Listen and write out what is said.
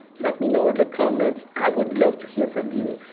let me know in the comments, i would love to hear from you,